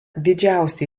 didžiausių